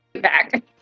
back